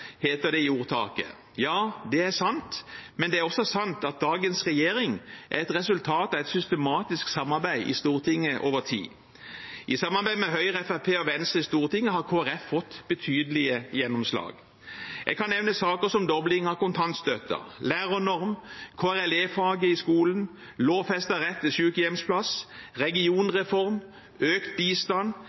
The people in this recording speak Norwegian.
heter det i ordtaket. Det er sant, men det er også sant at dagens regjering er et resultat av systematisk samarbeid i Stortinget over tid. I samarbeid med Høyre, Fremskrittspartiet og Venstre i Stortinget har Kristelig Folkeparti fått betydelige gjennomslag. Jeg kan nevne saker som dobling av kontantstøtten, lærernorm, KRLE-faget i skolen, lovfestet rett til sykehjemsplass, regionreform, økt bistand,